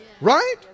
Right